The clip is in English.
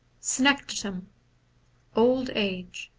senectutem old age,